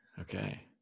okay